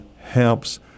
helps